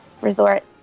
resort